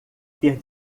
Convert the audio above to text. ter